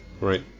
Right